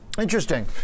interesting